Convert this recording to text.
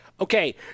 Okay